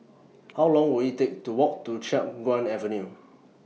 How Long Will IT Take to Walk to Chiap Guan Avenue